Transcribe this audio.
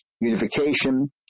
Unification